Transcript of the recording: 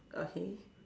okay